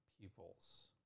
peoples